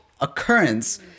occurrence